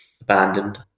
abandoned